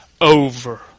over